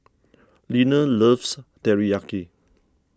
Leaner loves Teriyaki